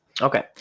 Okay